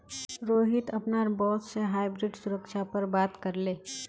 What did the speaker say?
रोहित अपनार बॉस से हाइब्रिड सुरक्षा पर बात करले